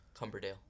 Cumberdale